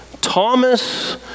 Thomas